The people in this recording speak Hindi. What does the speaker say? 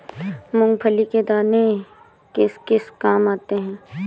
मूंगफली के दाने किस किस काम आते हैं?